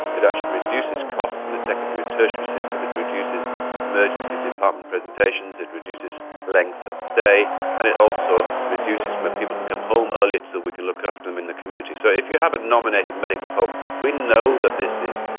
it actually reduces costs in the secondary and tertiary system it reduces emergency department presentations, it reduces length of stay and it also reduces when people can come home earlier so we can look after them in the community. so if you have a nominated medical home we know that this is,